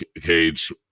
Cage